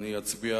אני אצביע